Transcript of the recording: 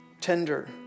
Tender